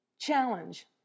Challenge